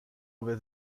will